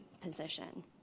position